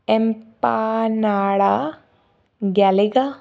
एम्पानाळा गॅलेगा